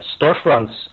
storefronts